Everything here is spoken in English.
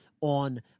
on